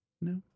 no